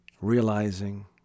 realizing